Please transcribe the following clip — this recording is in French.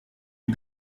les